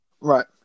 Right